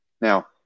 Now